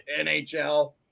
NHL